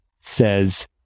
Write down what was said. says